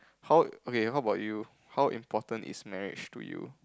how okay how about you how important is marriage to you